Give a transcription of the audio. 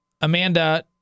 Amanda